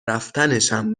رفتنشم